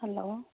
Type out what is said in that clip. hello